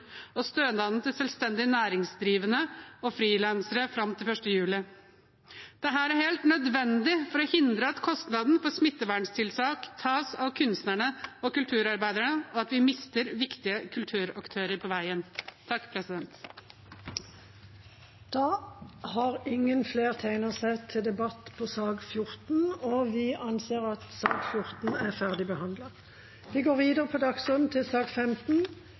og stønaden til selvstendig næringsdrivende og frilansere fram til 1. juli. Det er helt nødvendig for å hindre at kostnaden for smitteverntiltak tas av kunstnere og kulturarbeidere, og at vi mister viktige kulturaktører på veien. Flere har ikke bedt om ordet til sak nr. 14. Ingen har bedt om ordet. Ingen har bedt om ordet. Ingen har bedt om ordet. Etter ønske fra helse- og omsorgskomiteen vil presidenten ordne debatten slik: 3 minutter til